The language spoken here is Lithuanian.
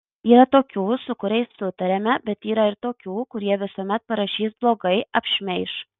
yra tokių su kuriais sutariame bet yra ir tokių kurie visuomet parašys blogai apšmeiš